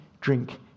drink